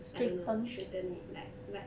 I don't know straighten it like like